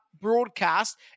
broadcast